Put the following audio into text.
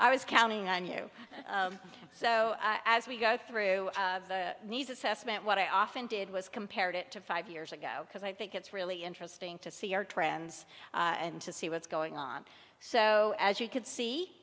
i was counting on you so as we go through these assessment what i often did was compared it to five years ago because i think it's really interesting to see our trends and to see what's going on so as you can see